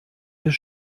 des